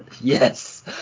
yes